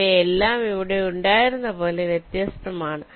അവയെല്ലാം ഇവിടെ ഉണ്ടായിരുന്നതുപോലെ വ്യത്യസ്തമാണ്